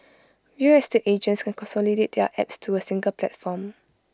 real estate agents can consolidate their apps to A single platform